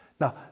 Now